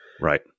Right